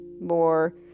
more